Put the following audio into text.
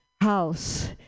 house